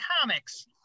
comics